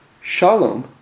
shalom